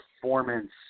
performance